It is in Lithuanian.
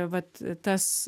vat tas